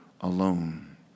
alone